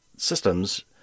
systems